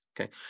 okay